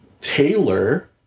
Taylor